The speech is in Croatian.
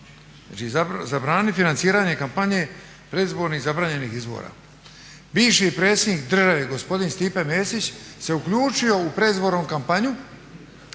Znači zabraniti financiranje kampanje predizbornih zabranjenih izbora. Bivši predsjednik države gospodin Stipe Mesić se uključio u predizbornu kampanju